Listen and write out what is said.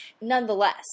Nonetheless